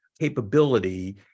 capability